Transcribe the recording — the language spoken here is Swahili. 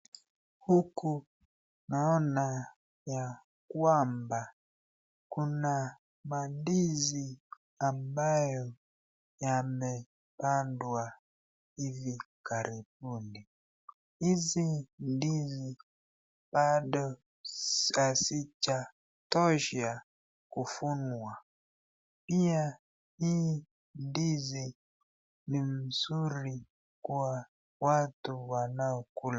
Huku naona ya kwamba kuna mandizi ambayo yamepandwa hivi karibuni hizi ndizi bado hazijatosha kuvunwa pia hii ndizi ni mzuri kwa watu wanaokula.